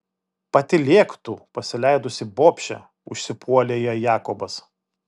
patylėk tu pasileidusi bobše užsipuolė ją jakobas